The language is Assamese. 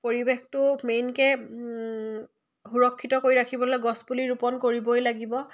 পৰিৱেশটো মেইনকে সুৰক্ষিত কৰি ৰাখিবলৈ গছপুলি ৰোপণ কৰিবই লাগিব